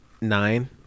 nine